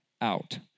out